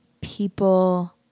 people